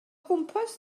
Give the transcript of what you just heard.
gwmpas